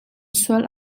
sual